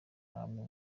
ntabwo